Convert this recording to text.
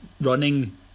running